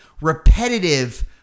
repetitive